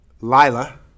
Lila